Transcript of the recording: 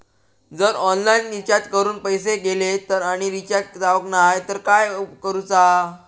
जर online recharge करून पैसे गेले आणि रिचार्ज जावक नाय तर काय करूचा?